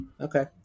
Okay